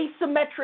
asymmetric